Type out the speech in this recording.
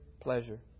pleasure